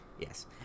yes